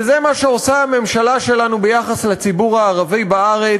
וזה מה שעושה הממשלה שלנו ביחס לציבור הערבי בארץ.